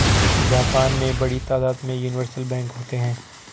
Japan में बड़ी तादाद में यूनिवर्सल बैंक होते हैं